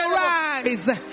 rise